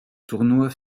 tournois